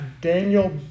Daniel